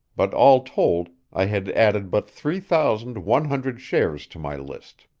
but all told i had added but three thousand one hundred shares to my list.